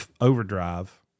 overdrive